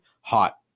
hot